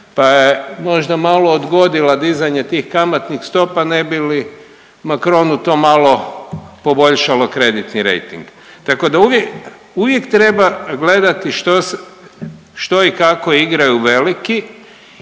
pa je možda malo odgodila dizanje tih kamatnih stopa ne bi li Macronu to malo poboljšalo kreditni rejting. Tako da uvijek, uvijek treba gledati što se, što i kako igraju veliki